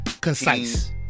concise